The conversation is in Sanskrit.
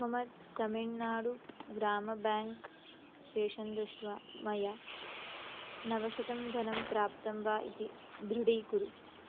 मम तमिल्नाडुः ग्रामं बेङ्क्शेषं दृष्ट्वा मया नवशतं धनं प्राप्तं वा इति दृढीकुरु